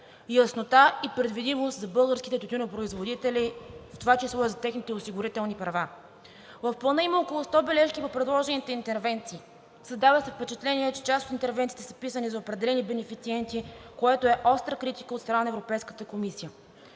яснота и предвидимост за българските тютюнопроизводители, в това число и за техните осигурителни права. В Плана има около 100 бележки в предложените интервенции. Създава се впечатление, че част от интервенциите са писани за определени бенефициенти, което е с остра критика от страна на Европейската комисия.